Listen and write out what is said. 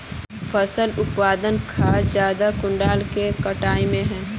फसल उत्पादन खाद ज्यादा कुंडा के कटाई में है?